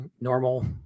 normal